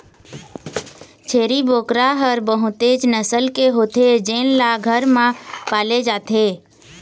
छेरी बोकरा ह बहुतेच नसल के होथे जेन ल घर म पाले जाथे